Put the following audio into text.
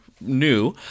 new